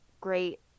great